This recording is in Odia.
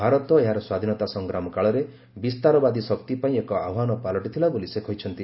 ଭାରତ ଏହାର ସ୍ୱାଧୀନତା ସଂଗ୍ରାମ କାଳରେ ବିସ୍ତାରବାଦି ଶକ୍ତିପାଇଁ ଏକ ଆହ୍ପାନ ପାଲଟି ଥିଲା ବୋଲି ସେ କହିଛନ୍ତି